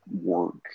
work